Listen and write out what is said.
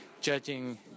judging